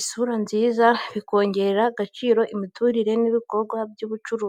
isura nziza, bikongera agaciro k’imiturire n’ibikorwa by’ubucuruzi.